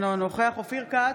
אינו נוכח אופיר כץ,